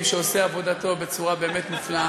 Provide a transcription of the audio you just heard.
לא,